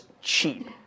cheap